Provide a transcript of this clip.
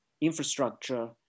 infrastructure